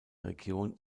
region